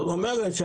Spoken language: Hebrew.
זאת אומרת,